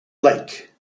lake